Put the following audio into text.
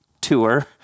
tour